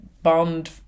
Bond